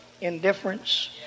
indifference